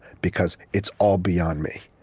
because it's all beyond me.